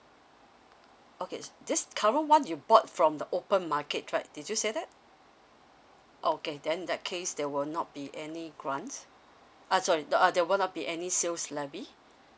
okay this current one you bought from the open market right did you say that oh okay then in that case there will not be any grant ah sorry the~ uh there will not be any sales levy